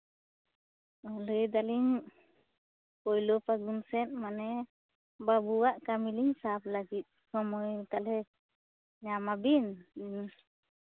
ᱞᱟᱹᱭ ᱫᱟᱞᱤᱝ ᱯᱳᱭᱞᱳ ᱯᱷᱟᱹᱜᱩᱱ ᱥᱮᱫ ᱢᱟᱱᱮ ᱵᱟᱹᱵᱩ ᱟᱜ ᱠᱟᱹᱢᱤ ᱞᱤᱧ ᱥᱟᱵᱽ ᱞᱟᱹᱜᱤᱫ ᱥᱚᱢᱚᱭ ᱛᱟᱦᱚᱞᱮ ᱧᱟᱢ ᱵᱤᱱ